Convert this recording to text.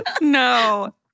No